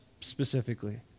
specifically